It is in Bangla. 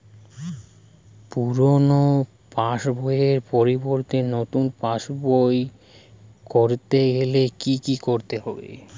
পুরানো পাশবইয়ের পরিবর্তে নতুন পাশবই ক রতে গেলে কি কি করতে হবে?